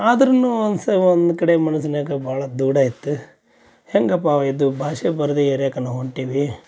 ಆದ್ರೂನು ಒಂದು ಸ ಒಂದು ಕಡೆ ಮನಸಿನ್ಯಾಗ ಭಾಳ ದುಗುಡ ಇತ್ತು ಹೇಗಪ್ಪ ಇದು ಭಾಷೆ ಬರದ ಏರ್ಯಾಕ್ಕೆ ನಾವು ಹೊಂಟೀವಿ